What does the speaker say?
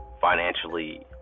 Financially